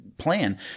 Plan